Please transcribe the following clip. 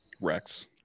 Rex